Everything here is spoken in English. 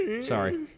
Sorry